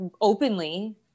openly